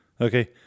Okay